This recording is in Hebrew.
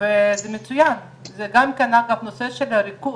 אם זה התוכנית האסטרטגית למטרופולין חיפה,